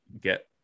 get